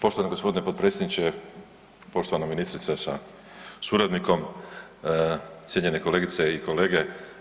Poštovani gospodine potpredsjedniče, poštovana ministrice sa suradnikom, cijenjene kolegice i kolege.